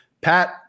Pat